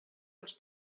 els